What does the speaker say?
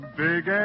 big